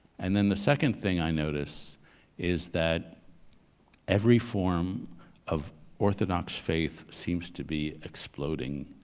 and then the second thing i noticed is that every form of orthodox faith seems to be exploding,